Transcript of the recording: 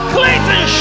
Clayton